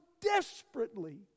desperately